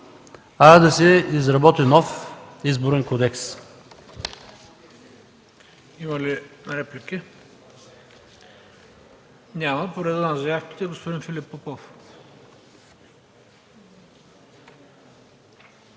а да се изработи нов Изборен кодекс.